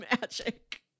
magic